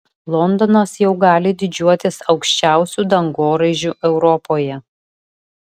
londonas jau gali didžiuotis aukščiausiu dangoraižiu europoje